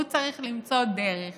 הוא צריך למצוא דרך